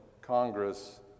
Congress